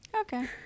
Okay